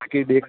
ताकि देख